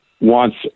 wants